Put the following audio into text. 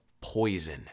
poison